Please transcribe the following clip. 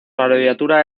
abreviatura